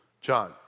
John